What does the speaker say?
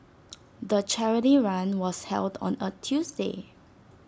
the charity run was held on A Tuesday